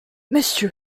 monsieur